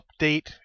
update